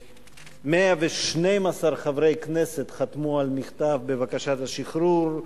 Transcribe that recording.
112 חברי כנסת חתמו על מכתב בקשת השחרור,